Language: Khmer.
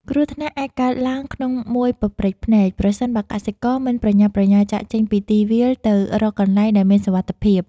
គ្រោះថ្នាក់អាចកើតឡើងក្នុងមួយប៉ព្រិចភ្នែកប្រសិនបើកសិករមិនប្រញាប់ប្រញាល់ចាកចេញពីទីវាលទៅរកកន្លែងដែលមានសុវត្ថិភាព។